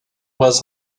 was